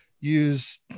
use